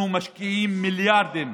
אנחנו משקיעים מיליארדים